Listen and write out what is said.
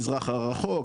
מזרח הרחוק,